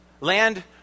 land